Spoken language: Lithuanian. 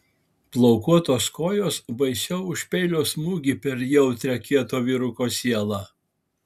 plaukuotos kojos baisiau už peilio smūgį per jautrią kieto vyruko sielą